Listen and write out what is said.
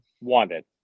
wanted